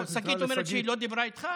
לא, שגית אומרת שהיא לא דיברה איתך.